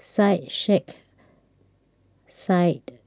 Syed Sheikh Syed